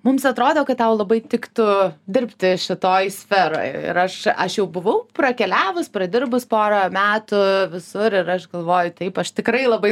mums atrodo kad tau labai tiktų dirbti šitoj sferoj ir aš aš jau buvau prakeliavus pradirbus porą metų visur ir aš galvoju taip aš tikrai labai